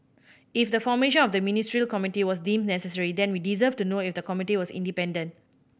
if the formation of the Ministerial Committee was deemed necessary then we deserve to know if the committee was independent